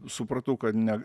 supratau kad ne